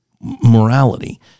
morality